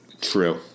True